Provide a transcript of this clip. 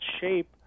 shape